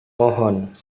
mohon